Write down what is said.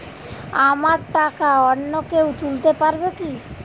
আমার টাকা অন্য কেউ তুলতে পারবে কি?